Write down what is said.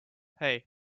hey